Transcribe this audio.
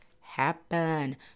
happen